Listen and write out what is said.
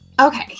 okay